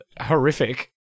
horrific